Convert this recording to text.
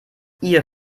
ihr